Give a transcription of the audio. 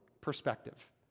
perspective